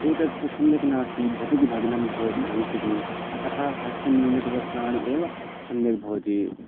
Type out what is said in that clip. एतत्तु सम्यक् नास्ति झटिति भग्नं भवति भविष्यति अतः हस्तनिर्मितवस्त्राणि एव सम्यग् भवन्ति